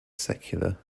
secular